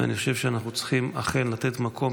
ואני חושב שאנחנו אכן צריכים לתת מקום